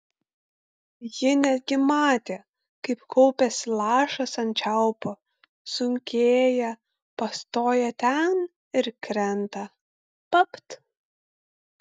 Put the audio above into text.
ji netgi matė kaip kaupiasi lašas ant čiaupo sunkėja pastoja ten ir krenta papt